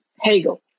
Hegel